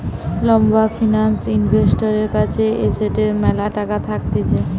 লম্বা ফিন্যান্স ইনভেস্টরের কাছে এসেটের ম্যালা টাকা থাকতিছে